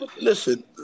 Listen